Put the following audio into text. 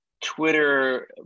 Twitter